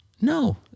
No